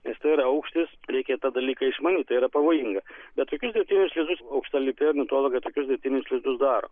nes tai yra aukštis reikia tą dalyką išmanyt tai yra pavojinga bet tokius dirbtinius lizdus aukštalipiai ornitologai tokius dirbtinius lizdus daro